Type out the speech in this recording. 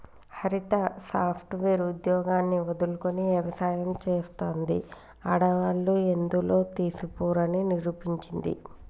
హరిత software ఉద్యోగాన్ని వదులుకొని వ్యవసాయం చెస్తాంది, ఆడవాళ్లు ఎందులో తీసిపోరు అని నిరూపించింది